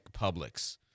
Publix